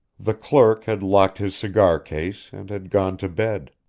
the clerk had locked his cigar-case and had gone to bed.